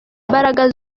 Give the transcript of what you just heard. imbaraga